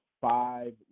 five